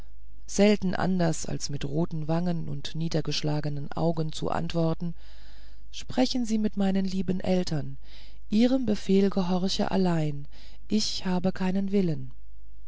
selten anders als mit roten wangen und niedergeschlagenen augen zu antworten sprechen sie mit meinen lieben eltern ihrem befehl gehorche allein ich habe keinen willen